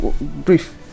brief